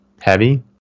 heavy